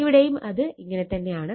ഇവിടെയും ഇത് അങ്ങനെത്തന്നെയാണ്